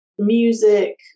Music